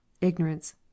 Ignorance